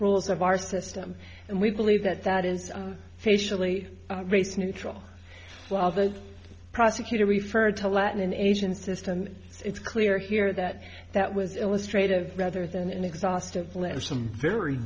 rules of our system and we believe that that is facially race neutral while the prosecutor referred to latin and asian system it's clear here that that was illustrated of rather than an exhaustive list some very